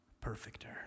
perfecter